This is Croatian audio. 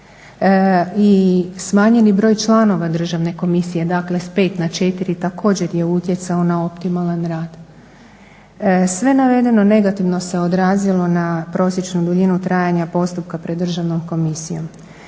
i smanjeni broj članova državne komisije, dakle s 5 na 4, također je utjecao na optimalan rad. Sve navedeno negativno se odrazilo na prosječnu duljinu trajanja postupka pred državnom komisijom.